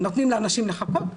נותנים לאנשים לחכות?